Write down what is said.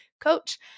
coach